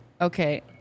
Okay